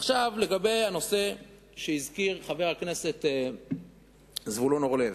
עכשיו לגבי הנושא שהזכיר חבר הכנסת זבולון אורלב.